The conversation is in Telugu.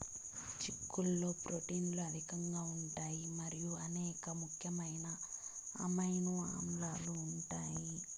చిక్కుళ్లలో ప్రోటీన్లు అధికంగా ఉంటాయి మరియు అనేక ముఖ్యమైన అమైనో ఆమ్లాలు ఉంటాయి